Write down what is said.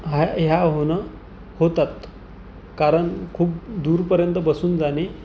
हा ह्या होणं होतात कारण खूप दूरपर्यंत बसून जाणे